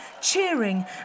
cheering